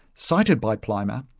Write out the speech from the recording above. cited by plimer,